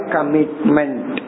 Commitment